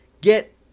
get